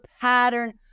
pattern